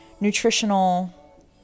nutritional